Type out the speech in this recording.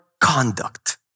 conduct